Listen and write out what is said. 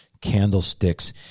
candlesticks